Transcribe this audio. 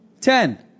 Ten